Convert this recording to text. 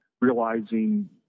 realizing